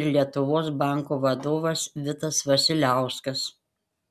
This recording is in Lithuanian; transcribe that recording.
ir lietuvos banko vadovas vitas vasiliauskas